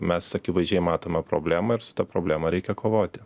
mes akivaizdžiai matome problemą ir su ta problema reikia kovoti